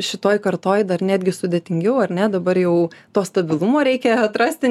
šitoj kartoje dar netgi sudėtingiau ar ne dabar jau to stabilumo reikia atrasti